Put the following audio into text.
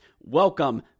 Welcome